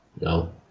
No